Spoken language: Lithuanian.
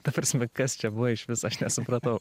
ta prasme kas čia buvo išvis aš nesupratau